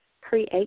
create